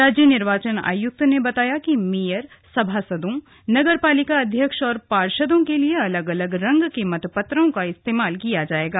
राज्य निर्वाचन आयुक्त ने बताया कि मेयर सभासदों नगर पालिका अध्यक्ष और पार्शदों के लिए अलग अलग रंग के मतपत्रों का इस्तेमाल किया जाएगा